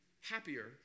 happier